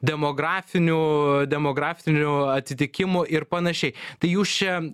demografinių demografinių atitikimų ir panašiai tai jūs čia